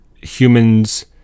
humans